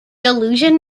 allusion